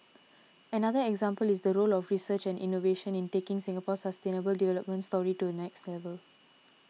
another example is the role of research and innovation in taking Singapore's sustainable development story to next level